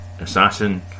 Assassin